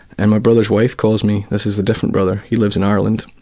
and my brother's wife calls me, this is a different brother, he lives in ireland.